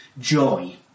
joy